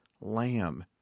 lamb